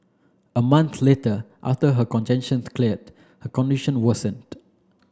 a month later after her congestion cleared her condition worsened